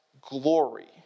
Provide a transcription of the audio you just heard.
glory